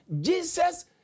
Jesus